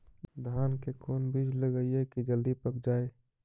धान के कोन बिज लगईयै कि जल्दी पक जाए?